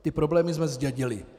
Ty problémy jsme zdědili.